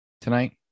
tonight